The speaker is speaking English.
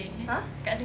!huh!